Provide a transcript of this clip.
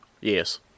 Yes